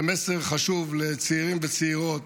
זה מסר חשוב לצעירים וצעירות,